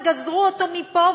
גזרו אותו מפה,